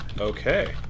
Okay